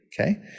okay